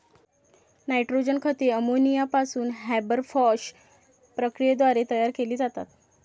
nitrogen खते ammonia पासून Haber Bosch प्रक्रियेद्वारे तयार केली जातात